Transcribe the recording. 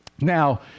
Now